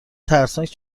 ترسناک